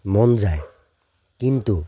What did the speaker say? মন যায় কিন্তু